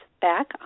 back